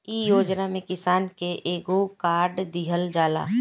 इ योजना में किसान के एगो कार्ड दिहल जाला